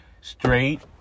straight